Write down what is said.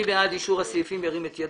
מי בעד אישור סעיפים 17, 18 ו-19?